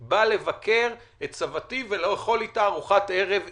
האלה לא הייתי בא לבקר את סבתי ולאכול איתה ארוחת ערב אינטימית.